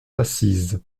assises